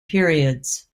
periods